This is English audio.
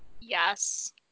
Yes